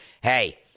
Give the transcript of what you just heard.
hey